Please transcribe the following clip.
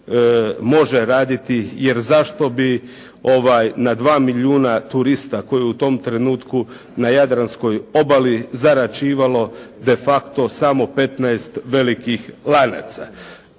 može raditi, jer zašto bi na 2 milijuna turista koji su u tom trenutku na Jadranskoj obali zarađivalo de facto samo 15 velikih lanaca.